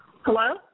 Hello